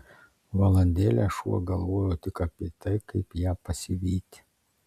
valandėlę šuo galvojo tik apie tai kaip ją pasivyti